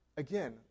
Again